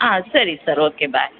ಹಾಂ ಸರಿ sir okay ಬಾಯ್